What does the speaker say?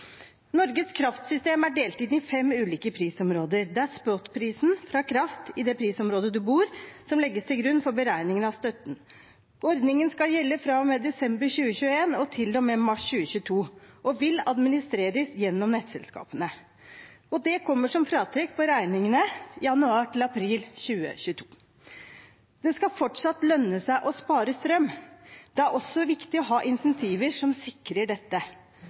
Norges kraftsystem er delt inn i fem ulike prisområder. Det er spotprisen fra kraft i det prisområdet der du bor, som legges til grunn for beregningen av støtten. Ordningen skal gjelde fra og med desember 2021 og til og med mars 2022, og vil administreres gjennom nettselskapene. Det kommer som fratrekk på regningene i januar–april 2022. Det skal fortsatt lønne seg å spare strøm. Det er også viktig å ha insentiver som sikrer dette.